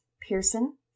Pearson